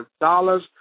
dollars